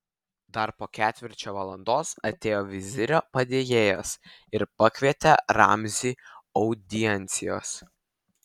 dar po ketvirčio valandos atėjo vizirio padėjėjas ir pakvietė ramzį audiencijos